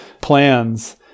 plans